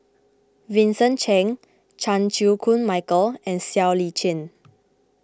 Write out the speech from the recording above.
Vincent Cheng Chan Chew Koon Michael and Siow Lee Chin